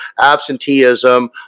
absenteeism